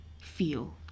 feel